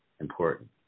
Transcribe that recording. important